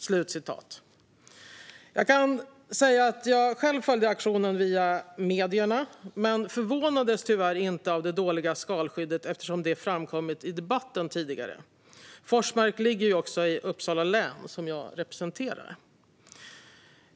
Själv följde jag aktionen via medierna, men tyvärr förvånades jag inte över det dåliga skalskyddet eftersom detta framkommit i debatten tidigare. Forsmark ligger också i Uppsala län, som jag representerar.